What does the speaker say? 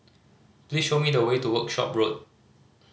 please show me the way to Workshop Road